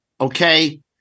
okay